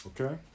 okay